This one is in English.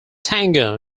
tango